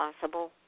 possible